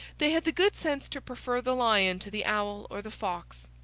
they had the good sense to prefer the lion to the owl or the fox.